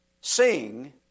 sing